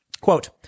Quote